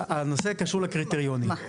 הנושא קשור לקריטריונים.